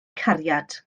cariad